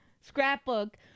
scrapbook